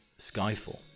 Skyfall